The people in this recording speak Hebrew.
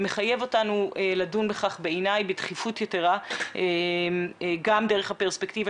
מחייב אותנו לדון בכך בעיניי בדחיפות יתרה גם דרך הפרספקטיבה